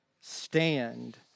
stand